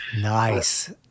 Nice